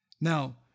Now